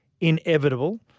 inevitable